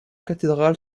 cathédrale